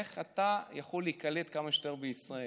איך אתה יכול להיקלט כמה שיותר בישראל.